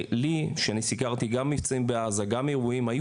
כשאני סיקרתי מבצעים בעזה ואירועים היו